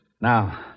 Now